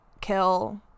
kill